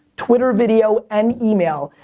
twitter video and email,